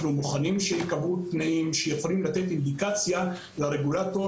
אנחנו מוכנים שייקבעו תנאים שיכולים לתת אינדיקציה לרגולטור